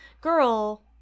girl